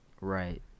right